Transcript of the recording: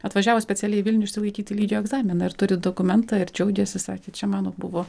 atvažiavo specialiai į vilnių išsilaikyti lygio egzaminą ir turi dokumentą ir džiaugiasi sakė čia man buvo